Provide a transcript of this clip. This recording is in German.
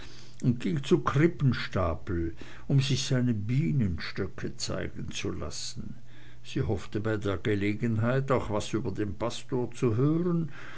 und ging zu krippenstapel um sich seine bienenstöcke zeigen zu lassen sie hoffte bei der gelegenheit auch was über den pastor zu hören